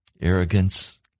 arrogance